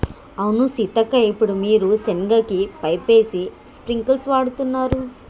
అవును సీతక్క ఇప్పుడు వీరు సెనగ కి పైపేసి స్ప్రింకిల్స్ వాడుతున్నారు